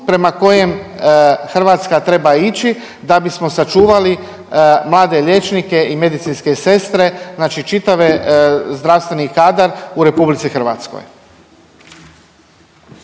prema kojem Hrvatska treba ići da bismo sačuvali mlade liječnike i medicinske sestre, znači čitavi zdravstveni kadar u RH.